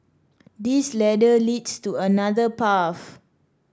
this ladder leads to another path